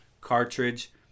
cartridge